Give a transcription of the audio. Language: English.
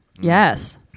Yes